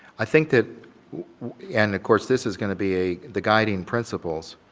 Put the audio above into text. i think that and of course this is going to be the guiding principles.